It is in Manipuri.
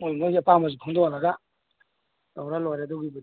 ꯃꯣꯏ ꯃꯣꯏꯒꯤ ꯑꯄꯥꯝꯕꯁꯨ ꯐꯣꯡꯗꯣꯛꯍꯜꯂꯒ ꯇꯧꯔ ꯂꯣꯏꯔꯦ ꯑꯗꯨꯒꯤꯗꯤ